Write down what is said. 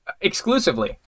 Exclusively